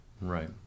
Right